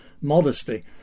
modesty